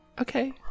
Okay